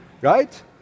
right